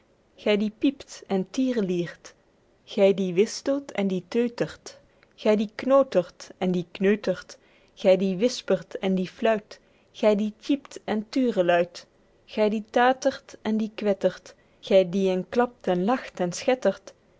gy die piept en tiereliert gy die wistelt en die teutert gy die knotert en die kneutert gy die wispert en die fluit gy die tjiept en tureluit gy die tatert en die kwettert gy die en klapt en lacht en schettert